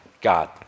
God